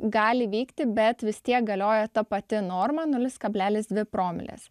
gali vykti bet vis tiek galioja ta pati norma nulis kablelis dvi promilės